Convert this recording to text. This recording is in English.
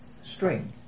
String